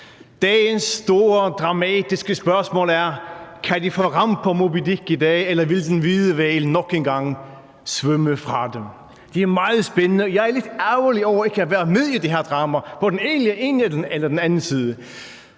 Dagens store dramatiske spørgsmål er: Kan de få ram på Moby Dick i dag, eller vil den hvide hval nok en gang svømme fra dem? Det er meget spændende, og jeg er lidt ærgerlig over ikke have været med i det her drama på den ene eller den anden side.